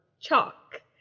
chalk